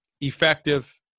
effective